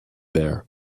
there